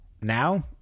Now